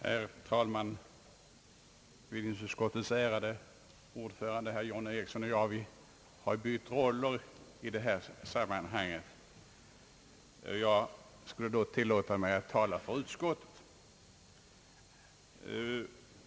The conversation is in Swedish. Herr talman! Bevillningsutskottets ärade ordförande herr John Ericsson och jag har bytt roller i detta sammanhang. Jag skall tillåta mig att tala för utskottet.